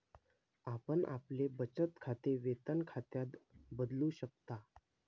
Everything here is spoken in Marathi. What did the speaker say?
आपण आपले बचत खाते वेतन खात्यात बदलू शकता